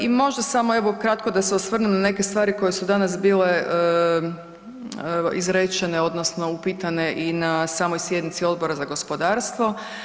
I možda samo evo kratko sa se osvrnem na neke stvari koje su danas bile izrečene odnosno upitane i na samoj sjednici Odbora za zakonodavstvo.